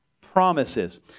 promises